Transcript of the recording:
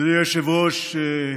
אדוני היושב-ראש,